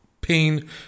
pain